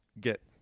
get